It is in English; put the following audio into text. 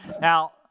Now